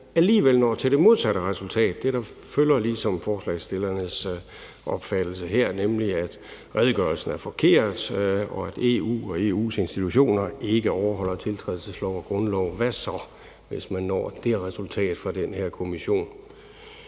alligevel når til det modsatte resultat, altså det, der ligesom følger forslagsstillernes opfattelse her, nemlig at redegørelsen er forkert, og at EU og EU's institutioner ikke overholder tiltrædelsesloven og grundloven. Hvad så, hvis den her kommission